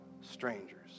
strangers